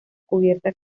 cubierta